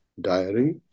diary